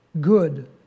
good